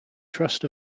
trust